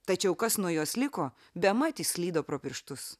tačiau kas nuo jos liko bemat išslydo pro pirštus